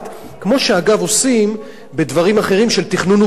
כמו שאגב עושים בדברים אחרים של תכנון ובנייה,